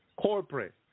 corporate